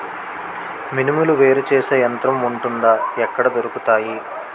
మినుములు వేరు చేసే యంత్రం వుంటుందా? ఎక్కడ దొరుకుతాయి?